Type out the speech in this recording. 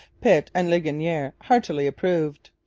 pitt and ligonier heartily approved.